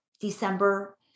December